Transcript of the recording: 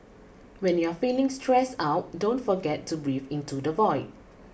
when you are feeling stressed out don't forget to breathe into the void